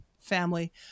family